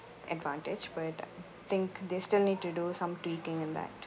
advantage but think they still need to do some tweaking in that